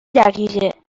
دقیقه